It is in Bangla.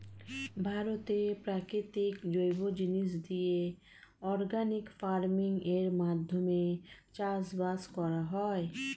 ভারতে প্রাকৃতিক জৈব জিনিস দিয়ে অর্গানিক ফার্মিং এর মাধ্যমে চাষবাস করা হয়